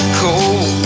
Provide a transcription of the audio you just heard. cold